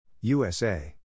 USA